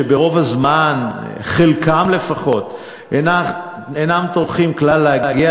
שרוב הזמן חלקם לפחות אינם טורחים כלל להגיע